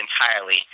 entirely